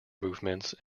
movements